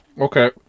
okay